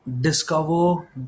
discover